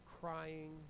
crying